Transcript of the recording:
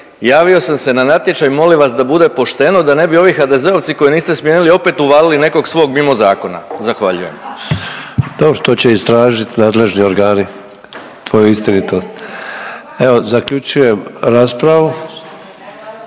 javio sam se na natječaj molim vas da bude pošteno da ne bi ovi HDZ-ovci koje niste smjeli opet uvalili nekog svog mimo zakona. Zahvaljujem. **Sanader, Ante (HDZ)** Dobro, to će istražit nadležni organi tvoju istinitost. Evo zaključujem raspravu